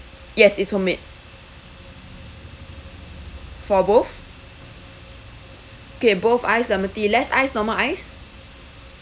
yes it's homemade for both okay both ice lemon tea less ice or normal ice